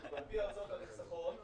הוצאות נחסכות,